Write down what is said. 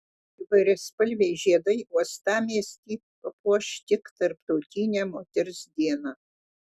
įvairiaspalviai žiedai uostamiestį papuoš tik tarptautinę moters dieną